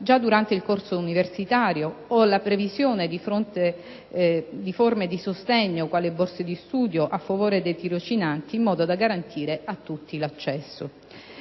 già durante il corso universitario o la previsione di forme di sostegno, quali borse di studio a favore dei tirocinanti, in modo da garantire a tutti l'accesso.